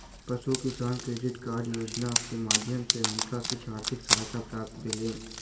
पशु किसान credit card योजना के माध्यम सॅ हुनका किछ आर्थिक सहायता प्राप्त भेलैन